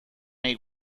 nei